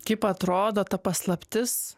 kaip atrodo ta paslaptis